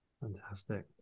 Fantastic